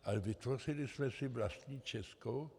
Ale vytvořili jsme si vlastní českou?